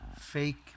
fake